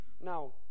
Now